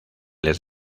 les